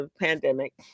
pandemic